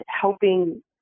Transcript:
helping